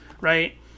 right